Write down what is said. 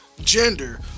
gender